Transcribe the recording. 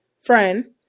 friend